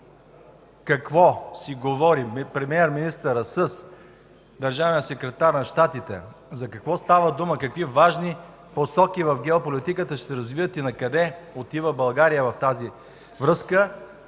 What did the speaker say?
какво си говорят премиер-министърът с държавния секретар на Щатите, за какво става дума, какви важни посоки в геополитиката ще се развият и накъде отива България в тази връзка,